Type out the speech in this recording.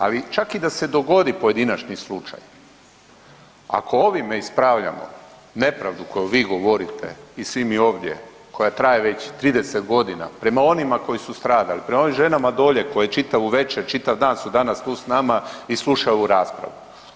Ali čak i da se dogodi pojedinačni slučaj, ako ovime ispravljamo nepravdu koju vi govorite i svi mi ovdje koja traje već 30 godina prema onima koji su stradali, prema onim ženama dolje koje čitavu večer, čitav dan su tu danas sa nama i slušaju ovu raspravu.